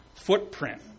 footprint